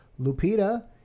Lupita